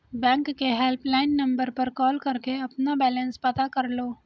bank के helpline number पर call करके अपना बैलेंस पता कर लो